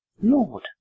Lord